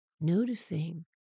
Noticing